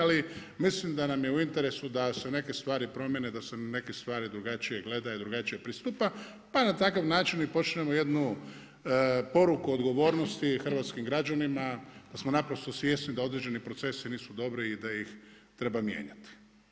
Ali mislim da nam je u interesu da se neke stvari promjene, da se neke stvari drugačije gledaju, drugačije pristupa, pa na takav način i počnemo jednu poruku odgovornosti hrvatskim građanima, da smo naprosto svjesni da određeni procesi nisu dobri i da ih treba mijenjati.